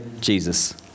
Jesus